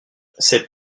cette